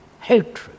hatred